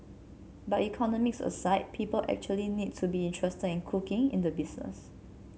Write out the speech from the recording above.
but economics aside people actually need to be interested in cooking in the business